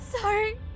sorry